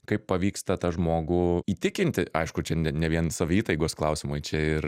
kaip pavyksta tą žmogų įtikinti aišku čia ne ne vien saviįtaigos klausimai čia ir